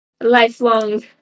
lifelong